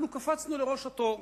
אנחנו קפצנו לראש התור: